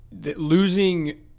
Losing